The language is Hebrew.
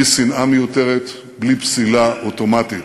בלי שנאה מיותרת, בלי פסילה אוטומטית.